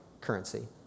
currency